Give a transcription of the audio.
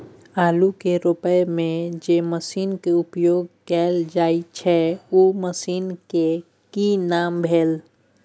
आलू के रोपय में जे मसीन के उपयोग कैल जाय छै उ मसीन के की नाम भेल?